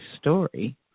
story